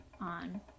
on